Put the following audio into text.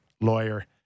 lawyer